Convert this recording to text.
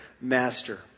master